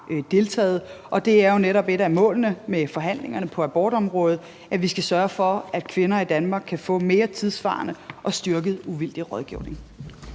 har deltaget. Et af målene med forhandlingerne på abortområdet er netop, at vi skal sørge for, at kvinder i Danmark kan få mere tidssvarende og styrket uvildig rådgivning.